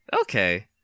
okay